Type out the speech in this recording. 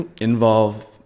Involve